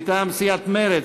מטעם סיעת מרצ.